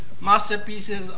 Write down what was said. masterpieces